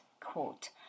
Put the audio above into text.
quote